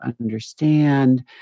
understand